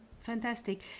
Fantastic